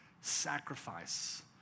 sacrifice